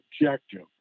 objective